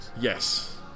Yes